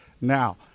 Now